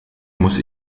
muss